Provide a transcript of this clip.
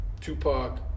tupac